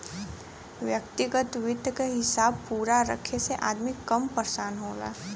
व्यग्तिगत वित्त क हिसाब पूरा रखे से अदमी कम परेसान होला